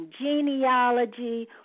genealogy